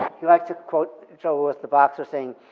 he liked to quote joe louis the boxer saying,